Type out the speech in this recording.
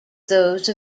those